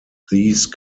these